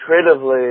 creatively